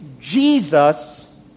Jesus